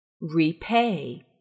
repay